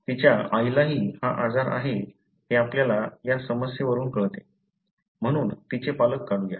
तिच्या आईलाही हा आजार आहे हे आपल्याला या समस्येवरून कळते म्हणून तिचे पालक काढूया